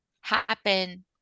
happen